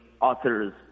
authors